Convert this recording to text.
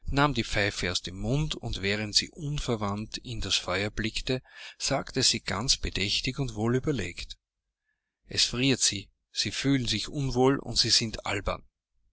nahm die pfeife aus dem munde und während sie unverwandt in das feuer blickte sagte sie ganz bedächtig und wohlüberlegt es friert sie sie fühlen sich unwohl und sie sind albern